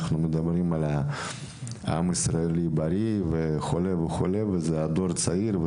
אלא גם על הבריאות של עם ישראל ועל הדור הצעיר.